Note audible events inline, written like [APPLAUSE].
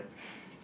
[BREATH]